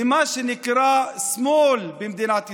למה שנקרא שמאל במדינת ישראל.